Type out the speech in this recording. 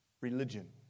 religion